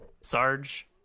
Sarge